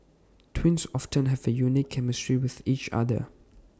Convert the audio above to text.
twins often have A unique chemistry with each other